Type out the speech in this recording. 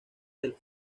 del